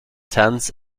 tens